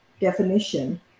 definition